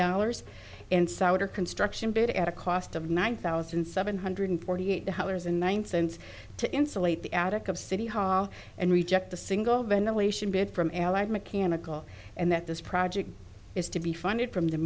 dollars and souter construction bit at a cost of nine thousand seven hundred forty eight hours and nine cents to insulate the attic of city hall and reject the single ventilation bid from allied mechanical and that this project is to be funded from the